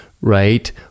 right